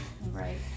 Right